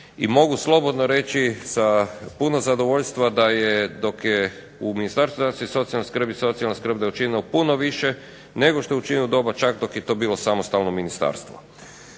I mogu slobodno reći sa puno zadovoljstva da je dok je u Ministarstvu zdravstva i socijalne skrbi da je učinjeno puno više nego što je učinjeno u doba čak dok je to bilo samostalno ministarstvo.